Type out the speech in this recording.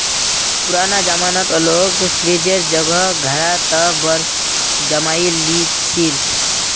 पुराना जमानात लोग फ्रिजेर जगह घड़ा त बर्फ जमइ ली छि ले